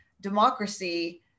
democracy